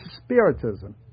spiritism